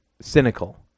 cynical